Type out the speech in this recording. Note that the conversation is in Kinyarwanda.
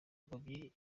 ngobyi